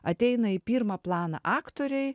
ateina į pirmą planą aktoriai